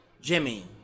Jimmy